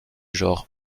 genre